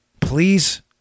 Please